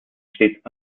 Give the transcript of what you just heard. stets